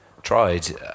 tried